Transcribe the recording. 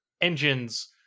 engines